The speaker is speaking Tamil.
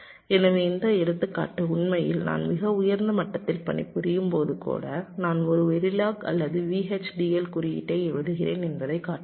எனவே இந்த எடுத்துக்காட்டு உண்மையில் நான் மிக உயர்ந்த மட்டத்தில் பணிபுரியும் போது கூட நான் ஒரு வெரிலாக் அல்லது VHDL குறியீட்டை எழுதுகிறேன் என்பதைக் காட்டுகிறது